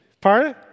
Pardon